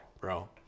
bro